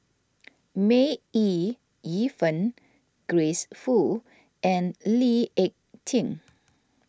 May Ooi Yu Fen Grace Fu and Lee Ek Tieng